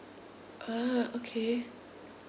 ah okay